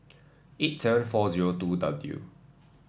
eight seven four zero two W